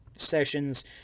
sessions